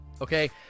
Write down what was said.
Okay